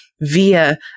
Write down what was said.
via